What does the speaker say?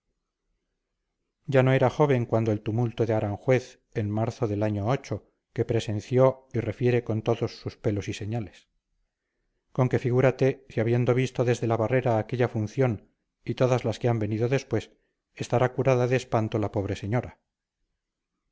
ya no era joven cuando el tumulto de aranjuez en marzo del año que presenció y refiere con todos sus pelos y señales con que figúrate si habiendo visto desde la barrera aquella función y todas las que han venido después estará curada de espanto la pobre señora